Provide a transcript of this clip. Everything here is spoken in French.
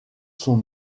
sont